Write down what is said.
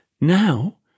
Now